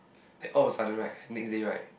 then all of a sudden right like next day right